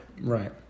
Right